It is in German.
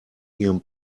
ihrem